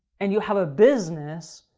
and you have a business,